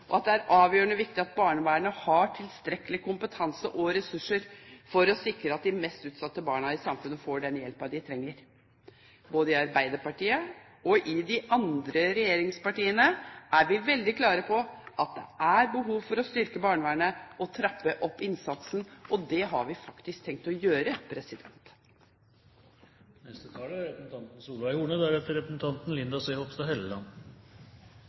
og at det er avgjørende viktig at barnevernet har tilstrekkelig kompetanse og ressurser for å sikre at de mest utsatte barna i samfunnet får den hjelpen de trenger. Både i Arbeiderpartiet og i de andre regjeringspartiene er vi veldig klare på at det er behov for å styrke barnevernet og trappe opp innsatsen, og det har vi faktisk tenkt å gjøre.